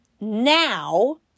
now